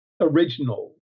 original